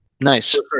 Nice